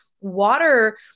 water